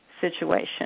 situation